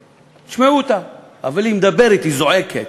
תשמעו אותה, אבל היא מדברת, היא זועקת.